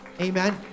amen